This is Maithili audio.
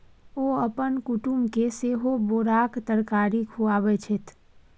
ओ अपन कुटुमके सेहो बोराक तरकारी खुआबै छथि